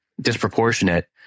disproportionate